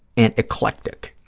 and eclectic.